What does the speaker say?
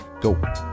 go